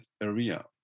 area